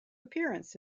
appearance